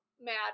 mad